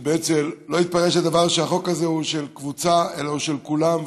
לא אתפלא שהחוק הזה הוא לא של קבוצה אלא הוא של כולם,